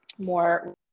more